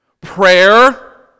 Prayer